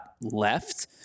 left